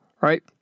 right